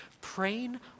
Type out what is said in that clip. praying